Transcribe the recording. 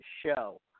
show